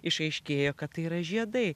išaiškėja kad tai yra žiedai